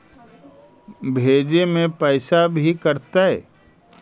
भेजे में पैसा भी कटतै?